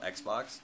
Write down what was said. Xbox